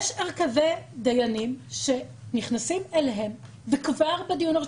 יש הרכבי דיינים שנכנסים אליהם וכבר בדיון הראשון